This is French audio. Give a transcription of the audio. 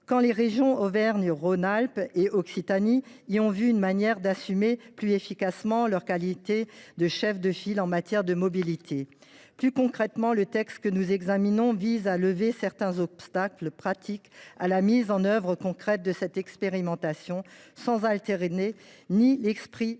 Quant aux régions Auvergne Rhône Alpes et Occitanie, elles en ont profité pour assumer plus efficacement leur qualité de chef de file en matière de mobilité. Plus concrètement, le texte que nous examinons vise à lever certains obstacles pratiques au déploiement concret de cette expérimentation sans en altérer l’esprit ni les